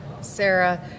Sarah